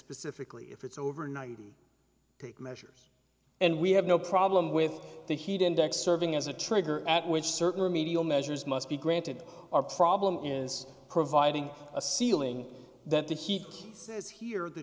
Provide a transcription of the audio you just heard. specifically if it's over ninety eight measures and we have no problem with the heat index serving as a trigger at which certain remedial measures must be granted our problem is providing a ceiling that the heat says here the